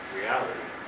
reality